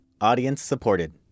audience-supported